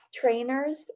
trainers